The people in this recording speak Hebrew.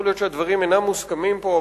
יכול להיות שהדברים אינם מוסכמים פה,